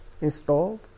installed